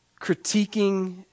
critiquing